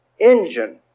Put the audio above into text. engine